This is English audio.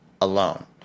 alone